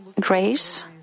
grace